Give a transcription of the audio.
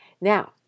Now